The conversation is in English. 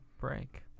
break